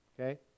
Okay